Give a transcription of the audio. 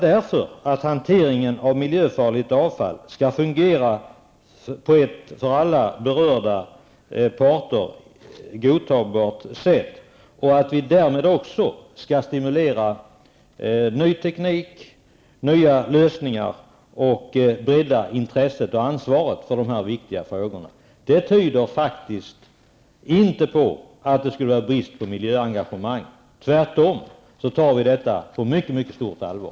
Hanteringen av miljöfarligt avfall skall fungera på ett för alla berörda parter godtagbart sätt. Vi skall därmed också stimulera ny teknik, nya lösningar och bredda intresset och ansvaret för dessa viktiga frågor. Det tyder faktiskt inte på brist på miljöengagemang. Tvärtom, tar vi detta på mycket stort allvar.